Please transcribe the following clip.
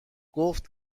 گفت